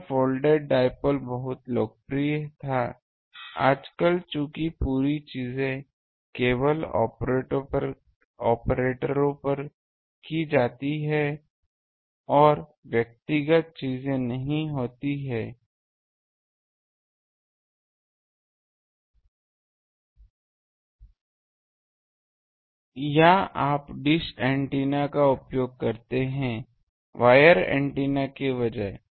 यह folded dipole बहुत लोकप्रिय था आजकल चूंकि पूरी चीजें केबल ऑपरेटरों पर की जाती हैं और व्यक्तिगत चीजें नहीं होती हैं या आप डिश एंटीना का उपयोग करते है वायर एंटीना के बजाय